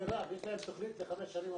מירב, יש להם תוכנית לחמש השנים הבאות.